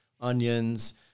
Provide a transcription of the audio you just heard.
onions